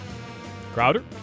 Crowder